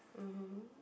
mmhmm